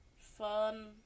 fun